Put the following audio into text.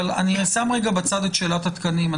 אני שם רגע בצד את שאלת התקנים.